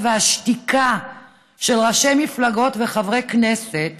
והשתיקה של ראשי מפלגות וחברי כנסת